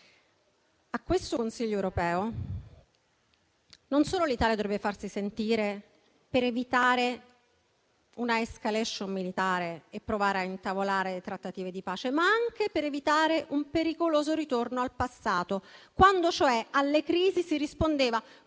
A questo Consiglio europeo non solo l'Italia dovrebbe farsi sentire per evitare un'*escalation* militare e provare a intavolare trattative di pace, ma anche per evitare un pericoloso ritorno al passato, quando cioè alle crisi si rispondeva